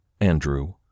Andrew